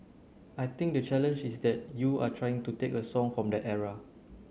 I think the challenge is that you are trying to take a song from that era